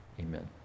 Amen